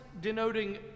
denoting